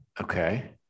Okay